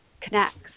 connects